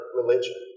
religion